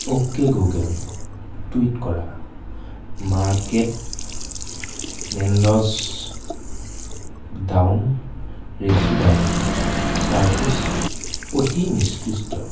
okay Google tweet কৰা marked নেল্ডছ down ৰেচিডাৰ চাৰ্ভিছ অতি নিকৃষ্ট